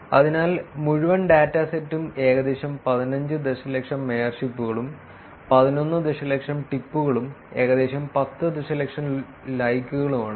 അതിനാൽ മുഴുവൻ ഡാറ്റാസെറ്റും ഏകദേശം 15 ദശലക്ഷം മേയർഷിപ്പുകളും 11 ദശലക്ഷം ടിപ്പുകളും ഏകദേശം പത്ത് ദശലക്ഷം ലൈക്കുകളും ആണ്